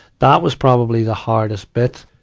that was probably the hardest bit.